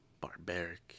Barbaric